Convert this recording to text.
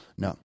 No